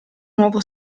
nuovo